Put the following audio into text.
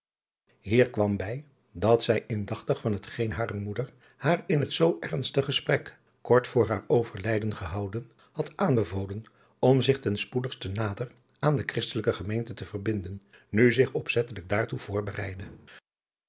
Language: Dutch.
hier kwam bij daf zij indachtig aan hetgeen hare moeder haar in het zoo ernstig gesprek kort voor haar overlijden gehouden had aanbevolen om zich ten spoedigste nader aan de christelijke gemeente te verbinden nu zich opzettelijk daartoe voorbereidde